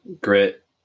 grit